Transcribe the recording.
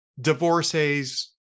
divorces